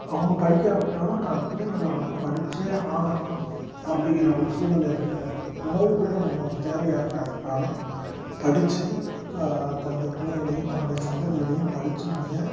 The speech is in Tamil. அவங்க படிக்காவிட்டாலும் தான் பிள்ளைங்களை வந்து படிச்சே ஆகணும் அப்படிங்கிற ஒரு சூல்நிலையில இருப்பாங்க உணவு கூட நமக்கு தேவையாக இருக்காது ஆனால் படிச்சு மக்க தன்னுடைய பிள்ளைகளையும் தன்னுடைய சந்ததிகளையும் படிச்சு மிக